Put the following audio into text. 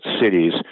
cities